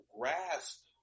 grass